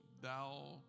thou